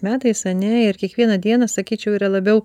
metais ane ir kiekvieną dieną sakyčiau yra labiau